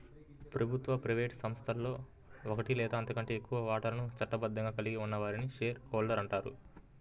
ప్రభుత్వ, ప్రైవేట్ సంస్థలో ఒకటి లేదా అంతకంటే ఎక్కువ వాటాలను చట్టబద్ధంగా కలిగి ఉన్న వారిని షేర్ హోల్డర్ అంటారు